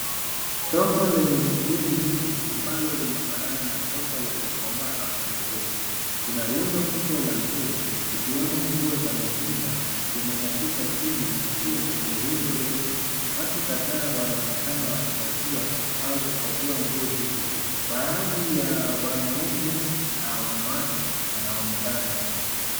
Soko lenye shughuli nyingi ambalo linafanana na soko la Gikomba hapa Nairobi, kuna rundo kubwa la nguo zikiwemo nguo za mitumba zimetandikwa chini na pia kwenye rundo refu, watu kadhaa wanaonekana wakichagua au kuchagua nguo hizo, baadhi ya wanaume na wanawake wanaonekana.